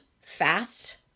fast